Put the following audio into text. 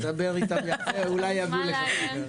אם אתה תדבר איתם יפה אולי יביאו לך.